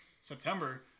September